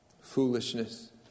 foolishness